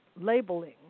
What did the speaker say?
labeling